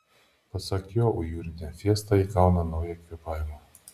pasak jo jūrinė fiesta įgauna naują kvėpavimą